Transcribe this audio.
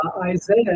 Isaiah